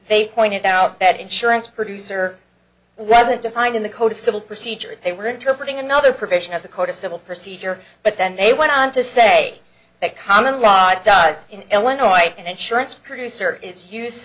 they pointed out that insurance producer wasn't defined in the code of civil procedure they were interpreting another provision of the code of civil procedure but then they went on to say that common law does in illinois and insurance producer is use